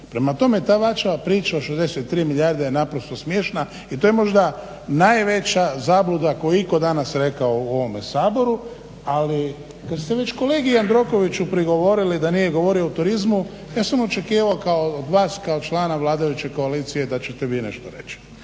Prema tome, ta vaša priča o 63 milijarde je naprosto smiješna i to je možda najveća zabluda koju je iko danas rekao u ovome Saboru, ali kad ste već kolegi Jandrokoviću prigovorili da nije govorio o turizmu ja sam očekivao kao od vas kao člana vladajuće koalicije da ćete vi nešto reći.